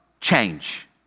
change